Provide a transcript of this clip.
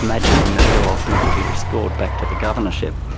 imagining that he will ultimately be restored back to the governorship.